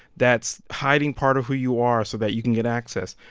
that's hiding part of who you are so that you can get access.